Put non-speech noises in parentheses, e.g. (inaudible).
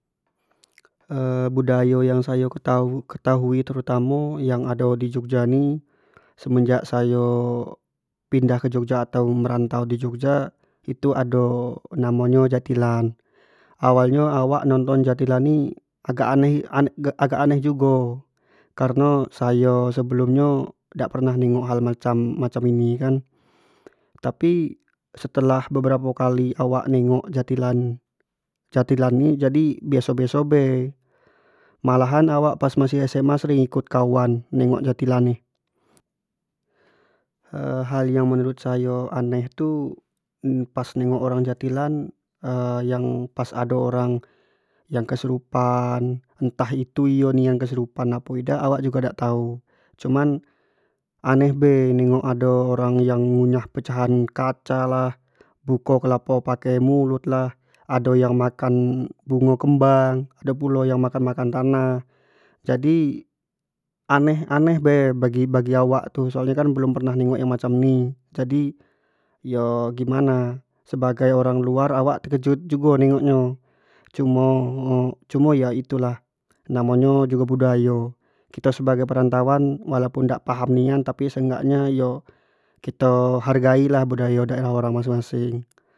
(hesitation) budayo yang sayo ketahui terutamo yang ado di jogja ni semenjak sayo pindah ke jogja atau merantau ke jogja, itu ado namo nyo jatilan, awal nyo awak nonton jatilan ni agak aneh jugo kareno sayo sebelum nyo dak pernah, ningok hal macam-macam ni kan, tapi setelah beberapo kali awak nengok jatilan-jatilan ne jadi biaso-biaso be, malahan awak pas masih SMA sering ikut kawan nego jatilan ni (hesitation) hal yang menurut sayo aneh tu pas nego orang jatilan (hesitation) yang pas ado orang yang kesurupan entah itu iyo nian kesurupan apo idak awak jugo dak tau cuman aneh bae nengok orang ado yang ngunyah pecahan kaca lah, buko kelapo pake mulut lah, ado yang makan bungo kembang, ado pulo yang makan-makan tanah, jadi aneh-aneh be bagi-bagi awak tu soal nyo kan belum pernah nengok-negok yang macam ni, jadi yo gimana, sebagai orang luar awak yo tekejut jugo negok nyo, cumo iyo cum iyo itu lah namo nyo jugo budayo, kito sebagai perantaun walaupun dak paham nian, tapi seenggak nyo iyo kito hargai budayo daerah orang masing-masing.